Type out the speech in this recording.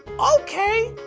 okay!